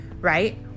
right